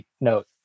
note